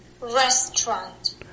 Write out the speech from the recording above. Restaurant